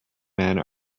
men